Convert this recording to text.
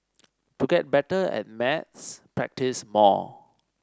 to get better at maths practise more